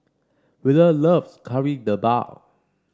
wheeler loves Kari Debal